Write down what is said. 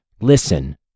listen